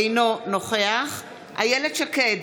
נוכח אילת שקד,